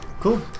cool